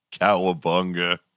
Cowabunga